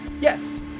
Yes